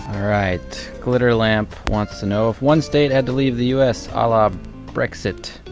alright. glitterlamp wants to know if one state had to leave the us a la brexit,